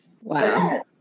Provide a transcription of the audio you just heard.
Wow